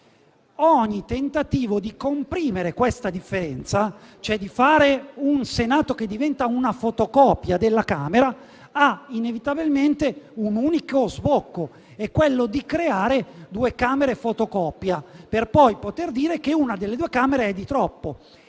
Ogni tentativo di comprimere questa differenza, cioè di fare del Senato una fotocopia della Camera ha inevitabilmente un unico sbocco, quello di creare due Camere uguali, per poi poter dire che una delle due è di troppo